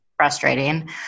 frustrating